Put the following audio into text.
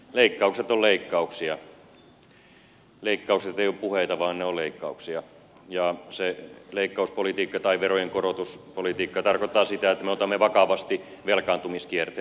leikkaukset eivät ole puheita vaan ne ovat leikkauksia ja se leikkauspolitiikka tai verojen korotuspolitiikka tarkoittaa sitä että me otamme vakavasti velkaantumiskierteen